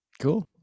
Cool